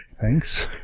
Thanks